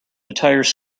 tires